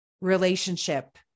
relationship